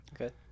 Okay